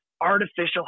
artificial